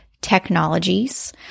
Technologies